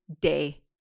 day